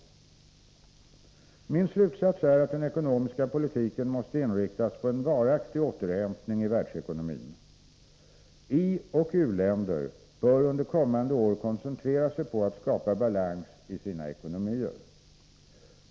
Min slutsats är att den ekonomiska politiken måste inriktas på en varaktig återhämtning i världsekonomin. I och u-länder bör under kommande år koncentrera sig på att skapa balans i sina ekonomier.